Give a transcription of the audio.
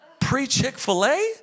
pre-chick-fil-a